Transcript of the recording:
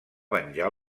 venjar